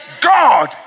God